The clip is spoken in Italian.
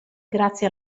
grazie